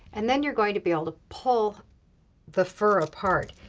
and then you're going to be able to pull the fur apart.